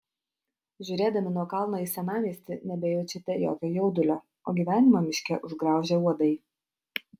žiūrėdami nuo kalno į senamiestį nebejaučiate jokio jaudulio o gyvenimą miške užgraužė uodai